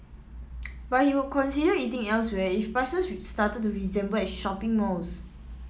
but he would consider eating elsewhere if prices started to resemble at shopping malls